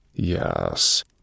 Yes